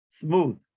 smooth